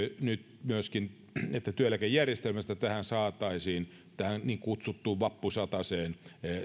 nyt siitä että työeläkejärjestelmästä saataisiin tähän niin kutsuttuun vappusataseen